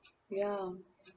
ya